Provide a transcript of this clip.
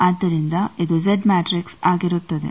ಆದ್ದರಿಂದ ಇದು Z matrix ಆಗಿರುತ್ತದೆ